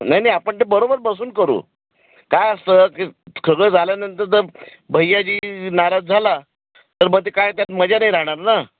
नाही नाही आपण ते बरोबर बसून करू काय असतं कि सगळं झाल्यानंतर जर भैयाजी नाराज झाला तर मग ते काय त्यात मजा नाही राहणार ना